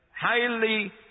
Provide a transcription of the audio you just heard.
highly